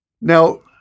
Now